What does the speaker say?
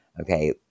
okay